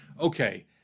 Okay